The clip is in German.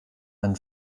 ein